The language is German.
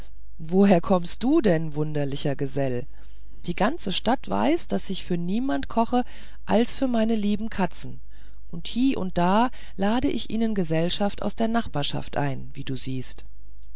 woher kommst du denn wunderlicher gesell die ganze stadt weiß daß ich für niemand koche als für meine lieben katzen und hie und da lade ich ihnen gesellschaft aus der nachbarschaft ein wie du siehest